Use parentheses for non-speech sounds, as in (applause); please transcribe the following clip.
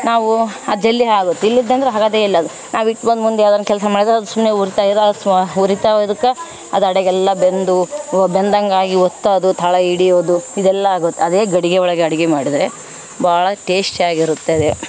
ನಾವು ಆ ಜಲ್ಲಿ ಆಗುತ್ತೆ ಇಲ್ಲಿದ್ದಂದ್ರೆ ಹಾಗಾದೆ ಇಲ್ಲ ಅದು ನಾವು ಇಟ್ಬಂದು ಮುಂದೆ ಯಾವ್ದೊಂದು ಕೆಲಸ ಮಾಡಿದ್ರೆ ಅದು ಸುಮ್ಮನೆ ಉರಿತ (unintelligible) ಉರಿತವೆ ಇದಕ್ಕೆ ಅದು ಅಡಿಗೆಲ್ಲ ಬೆಂದು ವ ಬೆಂದಂಗಾಗಿ ಹೊತ್ತೋದು ತಳ ಹಿಡಿಯೋದು ಇದೆಲ್ಲ ಆಗುತ್ತೆ ಅದೇ ಗಡಿಗೆಯೊಳಗೆ ಅಡಿಗೆ ಮಾಡಿದ್ರೆ ಭಾಳ ಟೇಸ್ಟೀಗಿರುತ್ತದೆ